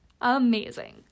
amazing